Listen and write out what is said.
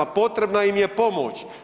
Potrebna im je pomoć.